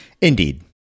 Indeed